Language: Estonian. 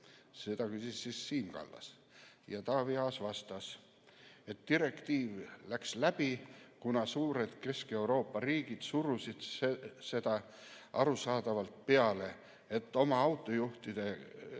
Seda küsis Siim Kallas. Taavi Aas vastas, et direktiiv läks läbi, kuna suured Kesk-Euroopa riigid surusid seda arusaadavalt peale, et oma autojuhte kaitsta